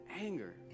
anger